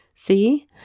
see